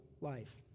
life